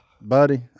Buddy